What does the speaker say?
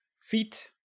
feet